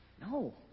No